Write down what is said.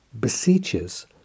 beseeches